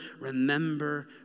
remember